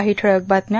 काही ठळक बातम्या